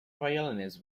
violinist